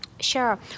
Sure